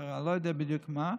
שר אני לא יודע בדיוק מה,